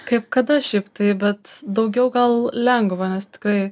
kaip kada šiaip tai bet daugiau gal lengva nes tikrai